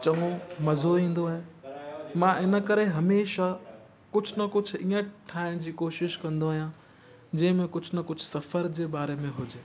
चङो मज़ो ईंदो आहे मां इन करे हमेशा कुझु न कुझु ईअं ठाहिण जी कोशिशि कंदो आहियां जंहिंमें कुझु न कुझु सफ़र जे बारे में हुजे